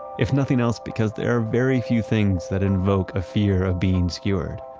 if nothing else because there are very few things that invoke a fear of being skewered.